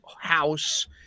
house